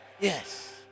Yes